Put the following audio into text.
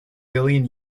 billion